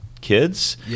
kids